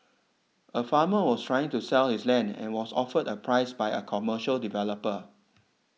a farmer was trying to sell his land and was offered a price by a commercial developer